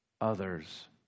others